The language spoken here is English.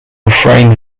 refrain